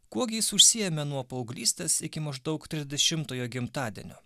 kuo gi jis užsiėmė nuo paauglystės iki maždaug trisdešimtojo gimtadienio